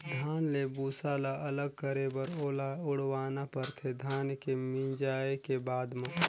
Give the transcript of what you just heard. धान ले भूसा ल अलग करे बर ओला उड़वाना परथे धान के मिंजाए के बाद म